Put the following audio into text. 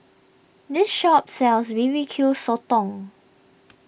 this shop sells B B Q Sotong